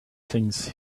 things